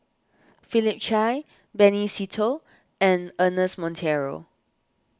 Philip Chia Benny Se Teo and Ernest Monteiro